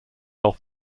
off